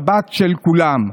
שבת של כולם.